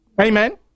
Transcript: Amen